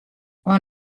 oan